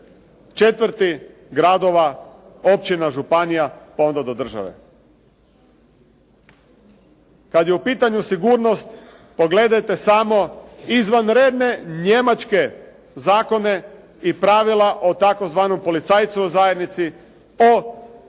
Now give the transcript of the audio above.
četvrti, gradova, općina, županija, pa onda do države. Kad je u pitanju sigurnost pogledajte samo izvanredne njemačke zakone i pravila o tzv. policajcu u zajednici o onome